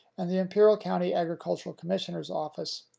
and the imperial county agricultural commissioner's office,